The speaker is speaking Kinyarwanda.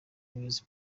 hayes